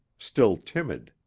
still timid.